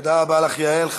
תודה רבה לך, יעל כהן-פארן.